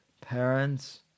parents